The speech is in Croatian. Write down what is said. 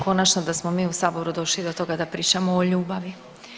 Konačno da smo mi u saboru došli do toga da pričamo o ljubavi.